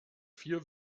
vier